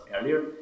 earlier